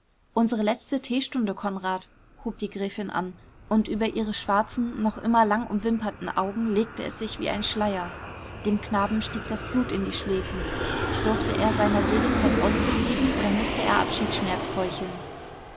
unsere letzte teestunde konrad hub die gräfin an und über ihre schwarzen noch immer lang umwimperten augen legte es sich wie ein schleier dem knaben stieg das blut in die schläfen durfte er seiner seligkeit ausdruck geben oder mußte er abschiedsschmerz heucheln